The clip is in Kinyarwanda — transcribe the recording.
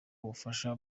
ubufasha